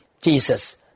Jesus